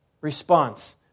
response